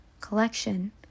Collection